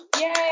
Yay